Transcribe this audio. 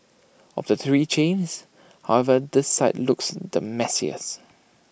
of the three chains however this site looks the messiest